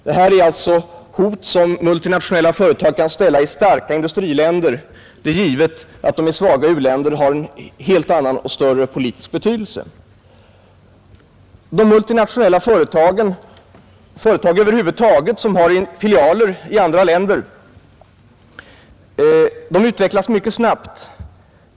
Detta är alltså hot som multinationella företag kan ställa i starka industriländer. Det är givet att de i svaga u-länder har en helt annan och större politisk betydelse. De multinationella företagen — företag över huvud taget som har filialer i andra länder — utvecklas mycket snabbt.